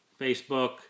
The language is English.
Facebook